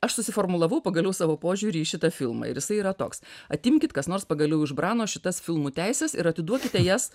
aš susiformulavau pagaliau savo požiūrį į šitą filmą ir jisai yra toks atimkit kas nors pagaliau iš brano šitas filmų teises ir atiduokite jas